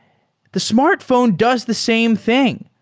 the smartphone does the same thing,